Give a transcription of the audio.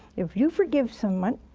if you forgive someone,